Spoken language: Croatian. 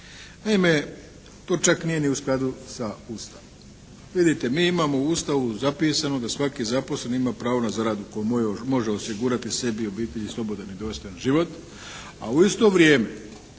Naime, to čak nije ni u skladu sa Ustavom. Vidite mi imamo u Ustavu zapisano da svaki zaposleni ima pravo na zaradu kojom može osigurati sebi, obitelji slobodan i dostojan život, a u isto vrijeme